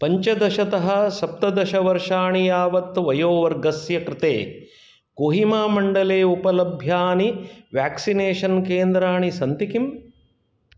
पञ्चदशतः सप्तदश वर्षाणि यावत् वयोवर्गस्य कृते कोहिमामण्डले उपलभ्यानि वेक्सिनेषन् केन्द्राणि सन्ति किम्